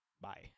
Bye